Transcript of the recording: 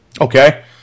Okay